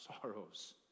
sorrows